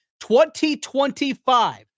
2025